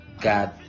God